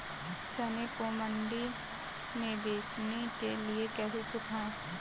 चने को मंडी में बेचने के लिए कैसे सुखाएँ?